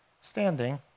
standing